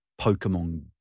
Pokemon